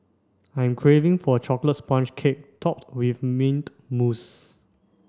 I am craving for a chocolate sponge cake topped with mint mousse